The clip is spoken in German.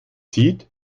sieht